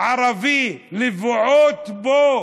ערבי לבעוט בו